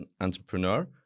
entrepreneur